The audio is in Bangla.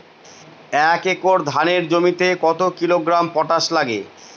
এক একর ধানের জমিতে কত কিলোগ্রাম পটাশ লাগে?